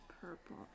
purple